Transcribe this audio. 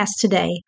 today